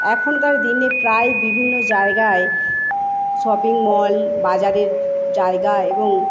এখনকার দিনে প্রায় বিভিন্ন জায়গায় শপিং মল বাজারের জায়গা এবং